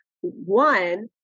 one